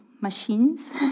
machines